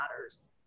matters